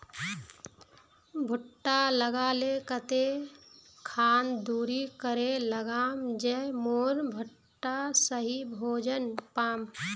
भुट्टा लगा ले कते खान दूरी करे लगाम ज मोर भुट्टा सही भोजन पाम?